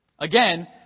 Again